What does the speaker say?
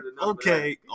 Okay